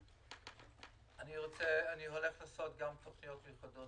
אני הולך לעשות גם תוכניות מיוחדות